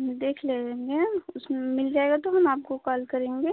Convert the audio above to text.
देख ले रहे हैं उसमें मिल जायेगा तो हम आपको कॉल करेंगे